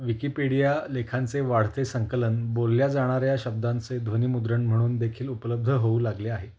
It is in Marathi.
विकिपीडिया लेखांचे वाढते संकलन बोलल्या जाणाऱ्या शब्दांचे ध्वनिमुद्रण म्हणून देखील उपलब्ध होऊ लागले आहे